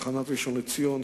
תחנות ראשון-לציון,